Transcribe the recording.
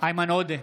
איימן עודה,